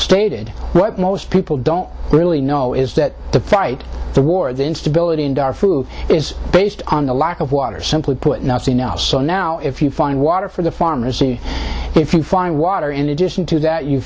stated what most people don't really know is that the fight the war the instability and our food is based on the lack of water simply put nothing else so now if you find water for the pharmacy if you find water in addition to that you